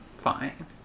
fine